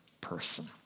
person